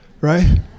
right